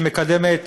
שמקדמת